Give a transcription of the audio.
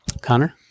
Connor